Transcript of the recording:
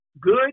good